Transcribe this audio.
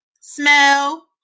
smell